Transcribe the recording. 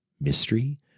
mystery